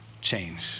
change